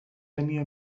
tenia